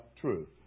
truth